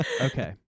Okay